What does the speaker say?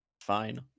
Fine